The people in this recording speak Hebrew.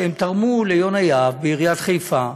שהם תרמו ליונה יהב בעיריית חיפה,